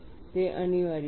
તે અનિવાર્ય છે